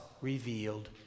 revealed